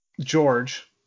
George